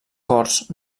corts